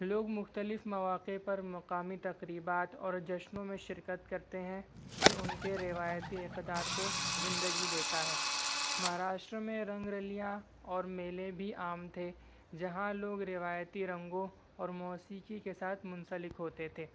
لوگ مختلف مواقع پر مقامی تقریبات اور جشنوں میں شرکت کرتے ہیں جو ان کے روایتی اقدار کو زندگی دیتا ہے مہاراشٹر میں رنگ رلیاں اور میلے بھی عام تھے جہاں لوگ روایتی رنگوں اور موسیقی کے ساتھ منسلک ہوتے تھے